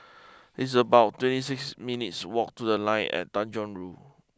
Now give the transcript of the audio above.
it's about twenty six minutes' walk to the Line at Tanjong Rhu